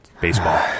Baseball